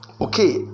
Okay